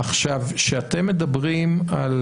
כשאתם מדברים על